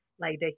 lady